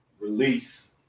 release